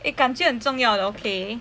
eh 感觉很重要的 okay